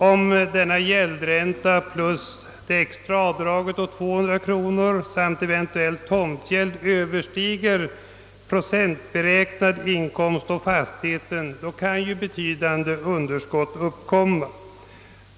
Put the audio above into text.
Om denna gäldränta plus det extra avdraget på 200 kronor samt eventuell tomtavgäld överstiger procentberäknad inkomst å fastigheten kan betydande underskott uppstå.